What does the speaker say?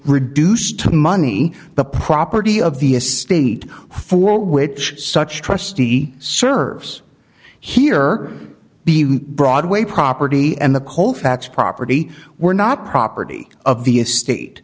reduced to money the property of the estate for which such trustee serves here the broadway property and the colfax property were not property of the estate